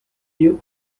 you